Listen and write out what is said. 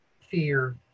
fear